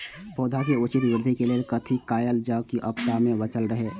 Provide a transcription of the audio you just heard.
पौधा के उचित वृद्धि के लेल कथि कायल जाओ की आपदा में बचल रहे?